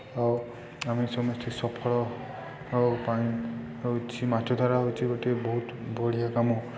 ଆଉ ଆମେ ସମସ୍ତେ ସଫଳ ହେବା ପାଇଁ ହେଉଛି ମାଛ ଧରା ହେଉଛି ଗୋଟିଏ ବହୁତ ବଢ଼ିଆ କାମ